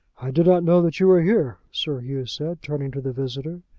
i did not know that you were here, sir hugh said, turning to the visitor.